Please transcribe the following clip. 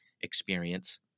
experience